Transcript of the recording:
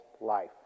life